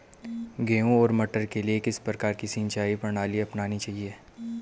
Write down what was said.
गेहूँ और मटर के लिए किस प्रकार की सिंचाई प्रणाली अपनानी चाहिये?